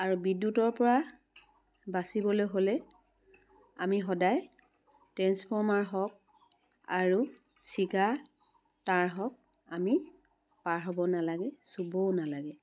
আৰু বিদ্যুতৰ পৰা বাচিবলৈ হ'লে আমি সদায় ট্ৰেন্ঞ্চফৰ্মাৰ হওক আৰু ছিগা তাৰ হওক আমি পাৰ হ'ব নালাগে চুবও নালাগে